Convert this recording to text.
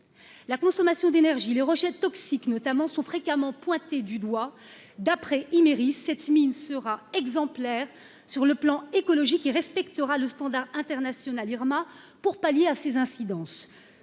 la consommation d'énergie, les rejets toxiques, notamment, sont fréquemment pointée du doigt d'après Imerys cette mine sera exemplaire sur le plan écologique et respectera le standard international Irma pour pallier à ses incidences